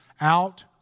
out